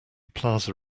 plaza